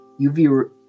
UV